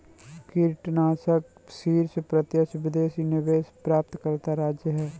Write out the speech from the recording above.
कर्नाटक शीर्ष प्रत्यक्ष विदेशी निवेश प्राप्तकर्ता राज्य है